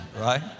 right